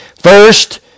First